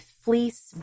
fleece